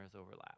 overlap